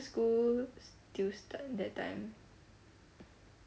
school that time